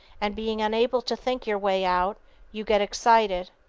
and being unable to think your way out you get excited.